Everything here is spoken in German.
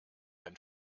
ein